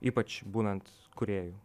ypač būnant kūrėju